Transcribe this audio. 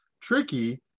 tricky